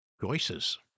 choices